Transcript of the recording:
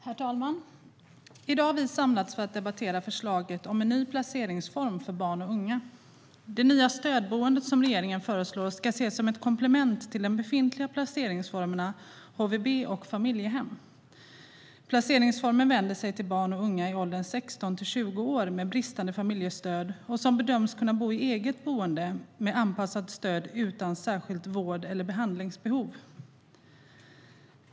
Herr talman! I dag har vi samlats för att debattera förslaget om en ny placeringsform för barn och unga. Det nya stödboendet som regeringen föreslår ska ses som ett komplement till de befintliga placeringsformerna HVB och familjehem. Placeringsformen vänder sig till barn och unga i åldern 16-20 år med bristande familjestöd och som bedöms kunna bo i eget boende med anpassat stöd utan särskilt vård eller behandlingsbehov.